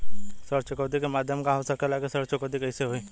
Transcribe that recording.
ऋण चुकौती के माध्यम का हो सकेला कि ऋण चुकौती कईसे होई?